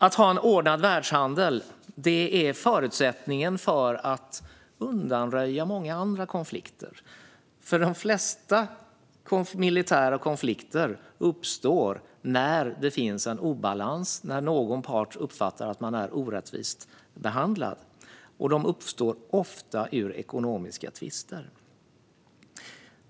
Att ha en ordnad världshandel är en förutsättning för att undanröja många andra konflikter, för de flesta militära konflikter uppstår när det finns en obalans, när någon part uppfattar sig orättvist behandlad, och de uppstår ofta ur ekonomiska tvister.